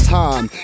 time